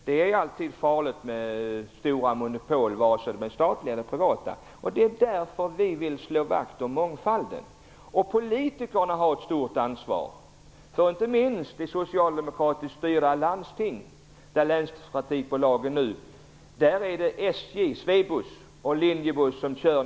Det är alltid farligt med stora monopol, vare sig de är statliga eller privata. Det är därför vi vill slå vakt om mångfalden. Politikerna har ett stort ansvar. Inte minst gäller det de socialdemokratiskt styrda landsting där det nästan uteslutande är SJ, Swebus och Linjebuss som kör.